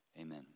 Amen